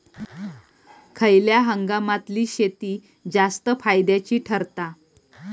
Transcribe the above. खयल्या हंगामातली शेती जास्त फायद्याची ठरता?